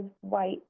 white